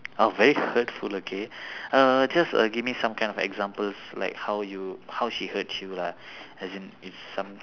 oh very hurtful okay uh just err give me some kind of examples like how you how she hurts you lah as in it's some